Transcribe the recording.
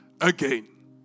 again